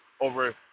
over